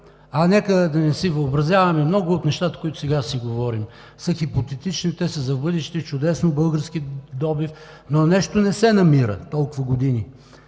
Нека да не си въобразяваме, много от нещата, които сега си говорим, са хипотетични, те са за в бъдеще. Чудесно, български добив, но нещо не се намира толкова години.